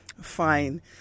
fine